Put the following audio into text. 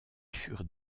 furent